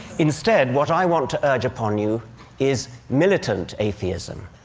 instead, what i want to urge upon you is militant atheism.